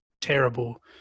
terrible